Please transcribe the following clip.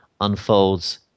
unfolds